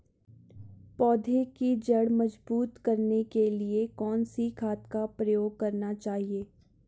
पौधें की जड़ मजबूत करने के लिए कौन सी खाद का प्रयोग करना चाहिए?